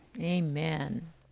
Amen